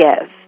give